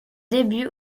débuts